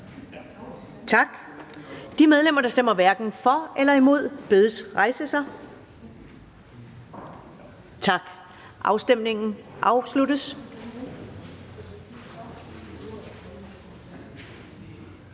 Tak. De medlemmer, der stemmer hverken for eller imod, bedes rejse sig. Tak. Afstemningen afsluttes.